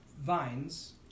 vines